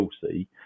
Chelsea